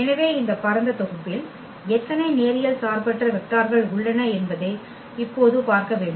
எனவே இந்த பரந்த தொகுப்பில் எத்தனை நேரியல் சார்பற்ற வெக்டார்கள் உள்ளன என்பதை இப்போது பார்க்க வேண்டும்